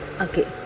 Okay